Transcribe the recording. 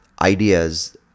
ideas